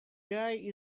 guy